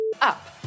up